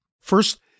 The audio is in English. First